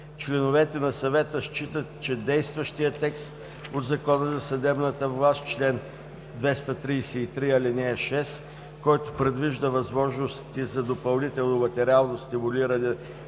Членовете на Съвета считат, че действащият текст от Закона за съдебната власт – чл. 233, ал. 6, който предвижда възможности за допълнително материално стимулиране